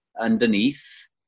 underneath